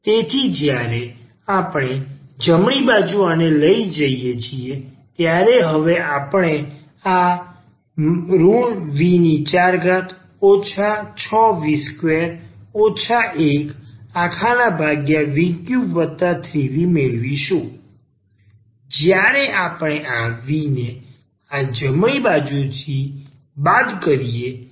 તેથી જ્યારે આપણે જમણી બાજુ આને લઈ જઈએ છીએ ત્યારે હવે આપણે આ v4 6v2 1v33v મેળવીશું જ્યારે આપણે આ v ને આ જમણી બાજુથી બાદ કરીએ